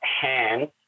hands